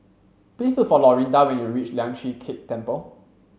please look for Lorinda when you reach Lian Chee Kek Temple